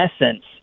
essence